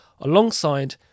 alongside